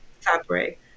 fabric